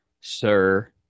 sir